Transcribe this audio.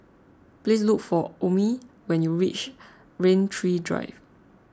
please look for Omie when you reach Rain Tree Drive